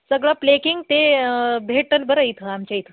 सगळं प्लेकिंग ते भेटल बरं इथं आमच्या इथं